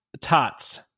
tots